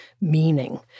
meaning